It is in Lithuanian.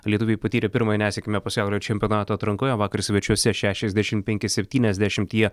lietuviai patyrė pirmąją nesėkmę pasaulio čempionato atrankoje vakar svečiuose šešiasdešimt penki septyniasdešimt jie